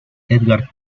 edgar